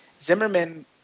Zimmerman